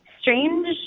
strange